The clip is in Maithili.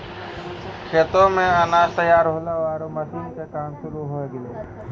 खेतो मॅ अनाज तैयार होल्हों आरो मशीन के काम शुरू होय गेलै